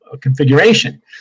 configuration